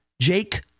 Jake